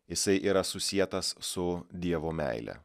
jisai yra susietas su dievo meile